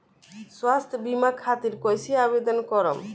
स्वास्थ्य बीमा खातिर कईसे आवेदन करम?